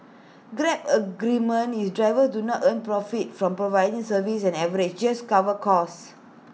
grab's agreement is drivers do not earn profits from providing service and on average just covers costs